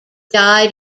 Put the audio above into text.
died